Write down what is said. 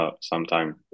sometime